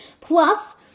Plus